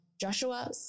Joshua